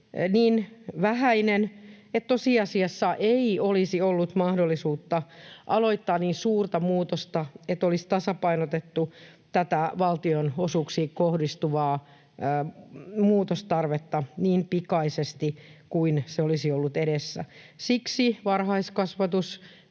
niin vähäinen, että tosiasiassa ei olisi ollut mahdollisuutta aloittaa niin suurta muutosta, että olisi tasapainotettu tätä valtionosuuksiin kohdistuvaa muutostarvetta niin pikaisesti kuin se olisi ollut edessä. Siksi varhaiskasvatuksen,